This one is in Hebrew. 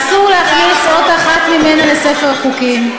ואסור להכניס אות אחת ממנה לספר חוקים.